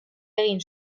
egin